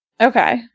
Okay